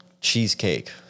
cheesecake